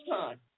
time